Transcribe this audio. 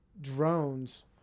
drones